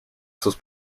sus